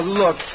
look